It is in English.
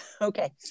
Okay